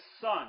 son